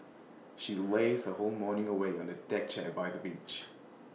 she lazed her whole morning away on A deck chair by the beach